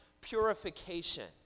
purification